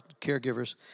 caregivers